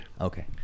Okay